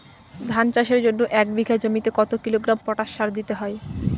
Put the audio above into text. ধান চাষের জন্য এক বিঘা জমিতে কতো কিলোগ্রাম পটাশ সার দিতে হয়?